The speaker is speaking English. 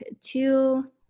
two